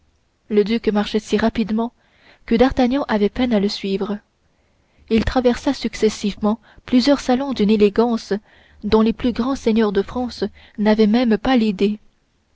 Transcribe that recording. le duc marchait si rapidement que d'artagnan avait peine à le suivre il traversa successivement plusieurs salons d'une élégance dont les plus grands seigneurs de france n'avaient pas même l'idée